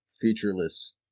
featureless